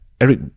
Eric